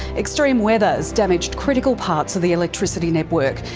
extreme weather has damaged critical parts of the electricity network.